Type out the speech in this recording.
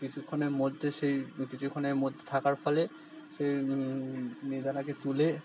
কিছুক্ষণের মধ্যে সেই কিছুক্ষণের মধ্যে থাকার ফলে সেই মিহিদানাকে তুলে